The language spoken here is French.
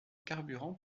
carburant